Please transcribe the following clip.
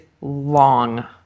long